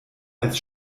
als